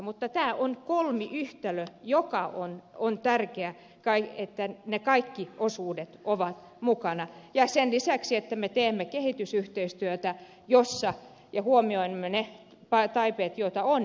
mutta tämä on kolmiyhtälö jossa on tärkeää että kaikki osuudet ovat mukana sen lisäksi että me teemme kehitysyhteistyötä jossa huomioimme ne tarpeet joita on